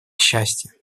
счастье